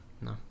no